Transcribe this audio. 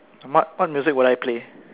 what what music will I play